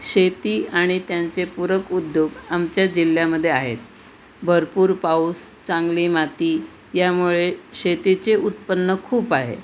शेती आणि त्यांचे पूरक उद्योग आमच्या जिल्ह्यामध्ये आहेत भरपूर पाऊस चांगली माती यामुळे शेतीचे उत्पन्न खूप आहे